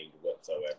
whatsoever